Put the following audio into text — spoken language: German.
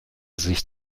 sich